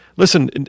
Listen